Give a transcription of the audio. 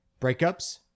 breakups